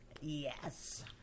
Yes